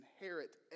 inherit